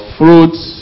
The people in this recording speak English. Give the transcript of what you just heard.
fruits